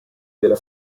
della